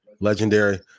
Legendary